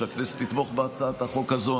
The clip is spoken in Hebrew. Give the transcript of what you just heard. שהכנסת תתמוך בהצעת החוק הזו.